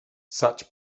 such